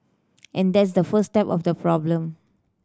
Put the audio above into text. and that's the first step of the problem